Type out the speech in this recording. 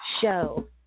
show